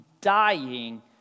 dying